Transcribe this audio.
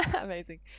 amazing